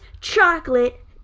chocolate